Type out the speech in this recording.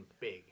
big